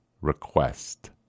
request